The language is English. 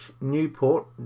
Newport